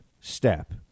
step